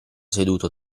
seduto